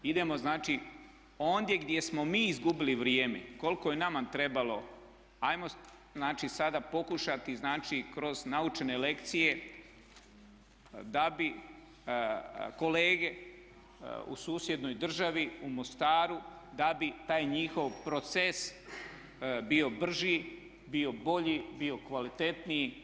Idemo znači ondje gdje smo mi izgubili vrijeme, koliko je nama trebalo, ajmo znači sada pokušati znači kroz naučene lekcije da bi kolege u susjednoj državi, u Mostaru, da bi taj njihov proces bio brži, bio bolji, bio kvalitetniji.